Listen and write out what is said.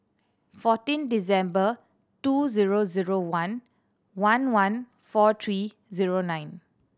fourteen December two zero zero one one one four three zero nine